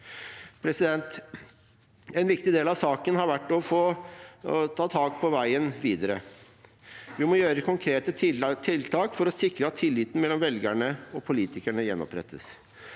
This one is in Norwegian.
En viktig del av saken har vært å ta tak i veien videre. Vi må komme med konkrete tiltak for å sikre at tilliten mellom velgerne og politikerne gjenopprettes.